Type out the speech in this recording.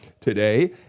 today